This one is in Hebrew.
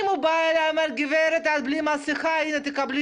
אם הוא בא אליי ואומר גברת את בלי מסכה, תקבלי